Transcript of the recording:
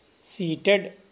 seated